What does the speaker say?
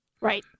Right